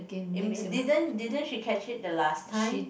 it didn't didn't she catch it the last time